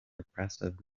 repressive